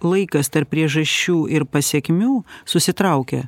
laikas tarp priežasčių ir pasekmių susitraukia